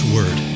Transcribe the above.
Word